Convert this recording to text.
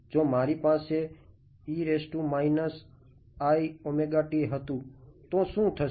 જો મારી પાસે હતું તો શું થશે